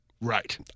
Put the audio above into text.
Right